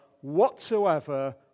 whatsoever